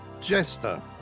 Jester